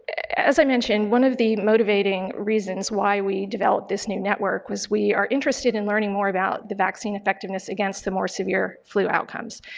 as i mentioned, one of the motivating reasons why we developed this new network was we are interested in learning more about the vaccine effectiveness against the more severe flu outcomes,